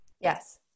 Yes